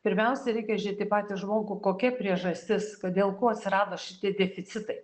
pirmiausia reikia žiūrėt į patį žmogų kokia priežastis o dėl ko atsirado šitie deficitai